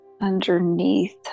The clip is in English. underneath